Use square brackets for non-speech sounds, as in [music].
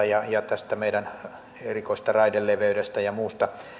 [unintelligible] ja ja tähän meidän erikoiseen raideleveyteen ja muuhun